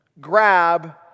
grab